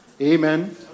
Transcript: Amen